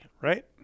right